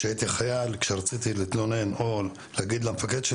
כשהייתי חייל כשרציתי להתלונן או להגיד למפקד שלי